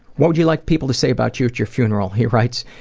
what would you like people to say about you at your funeral? he writes,